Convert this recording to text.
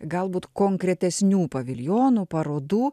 galbūt konkretesnių paviljonų parodų